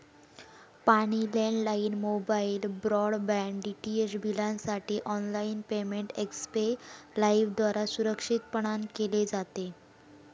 पाणी, landline, mobile, broadband, DTH बिलांसाठी online payment Xpay लाइफद्वारा सुरक्षितपणान केले जाते